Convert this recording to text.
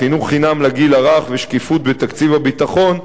חינוך חינם לגיל הרך ושקיפות בתקציב הביטחון,